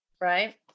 Right